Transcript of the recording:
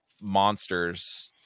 monsters